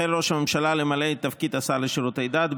החל ראש הממשלה למלא את תפקיד השר לשירותי דת,